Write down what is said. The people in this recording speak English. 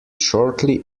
shortly